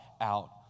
out